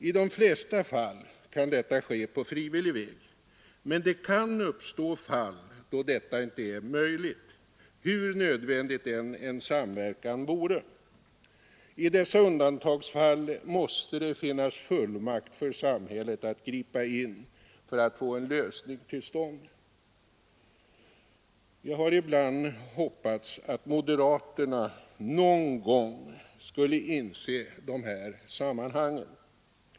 I de flesta fall kan detta ske på frivillig väg, men det kan uppstå fall då detta icke är möjligt, hur nödvändig en samverkan än vore. I dessa undantagsfall måste det finnas fullmakt för samhället att gripa in för att få en lösning till stånd. Jag har ibland hoppats att moderaterna någon gång skulle inse dessa sammanhang.